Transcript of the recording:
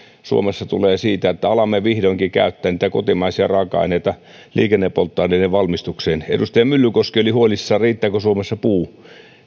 suomessa tulee siitä että alamme vihdoinkin käyttää niitä kotimaisia raaka aineita liikennepolttoaineiden valmistukseen edustaja myllykoski oli huolissaan riittääkö suomessa puu